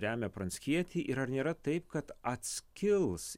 remia pranckietį ir ar nėra taip kad atskils